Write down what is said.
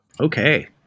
Okay